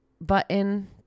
button